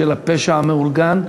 של הפשע המאורגן,